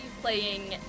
playing